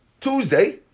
Tuesday